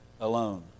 alone